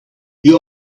you